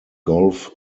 golf